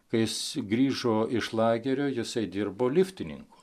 kai jis grįžo iš lagerio jisai dirbo liftininku